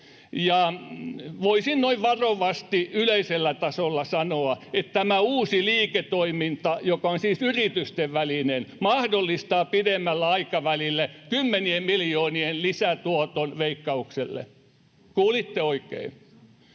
voisin noin varovasti yleisellä tasolla sanoa, että tämä uusi liiketoiminta, joka on siis yritysten välinen, mahdollistaa pidemmällä aikavälillä kymmenien miljoonien lisätuoton Veikkaukselle. Kuulitte oikein.